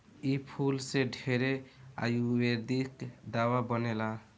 इ फूल से ढेरे आयुर्वेदिक दावा बनेला